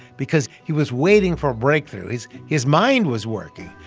because he was waiting for a breakthrough. his his mind was working,